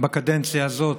בקדנציה הזאת,